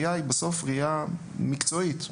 בסוף, הראייה היא ראייה מקצועית.